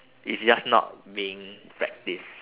it's just not being practiced